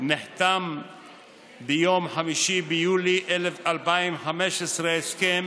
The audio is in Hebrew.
נחתם ב-5 ביולי 2015 הסכם